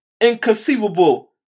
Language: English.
inconceivable